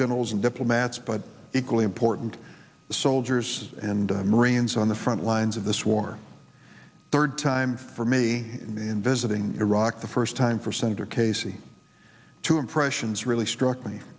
generals and diplomats but equally important the soldiers and marines on the front lines of this war third time for me in visiting iraq the first time for some casey two impressions really struck me